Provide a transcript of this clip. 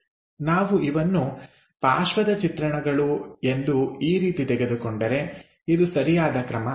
ನಾವು ಇವನ್ನು ಪಾರ್ಶ್ವದ ಚಿತ್ರಣಗಳು ಎಂದು ಈ ರೀತಿ ತೆಗೆದುಕೊಂಡರೆ ಇದು ಸರಿಯಾದ ಕ್ರಮ ಅಲ್ಲ